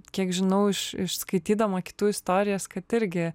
kiek žinau iš iš skaitydama kitų istorijas kad irgi